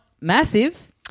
massive